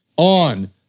on